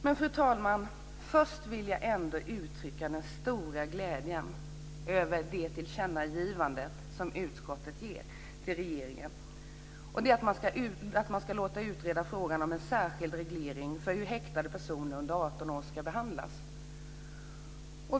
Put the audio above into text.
Men först, fru talman, vill jag uttrycka min stora glädje över det tillkännagivande som utskottet ger till regeringen, nämligen att man ska låta utreda frågan om en särskild reglering för hur häktade personer under 18 år ska behandlas.